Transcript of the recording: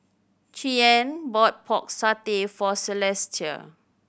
Cheyanne bought Pork Satay for Celestia